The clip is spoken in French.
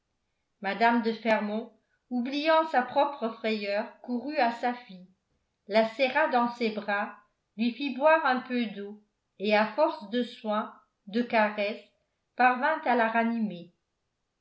mme de fermont oubliant sa propre frayeur courut à sa fille la serra dans ses bras lui fit boire un peu d'eau et à force de soins de caresses parvint à la ranimer